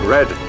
Red